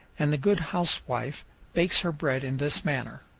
and the good housewife bakes her bread in this manner